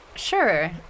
sure